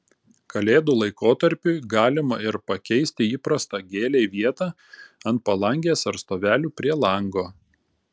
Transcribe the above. kalėdų laikotarpiui galima ir pakeisti įprastą gėlei vietą ant palangės ar stovelių prie lango